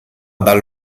dal